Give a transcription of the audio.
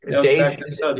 Days